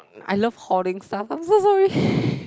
I love hoarding stuff I'm so sorry